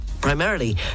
primarily